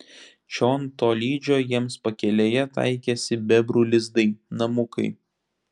čion tolydžio jiems pakelėje taikėsi bebrų lizdai namukai